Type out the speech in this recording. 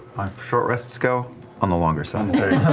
short rests go on the longer side.